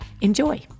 Enjoy